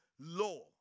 law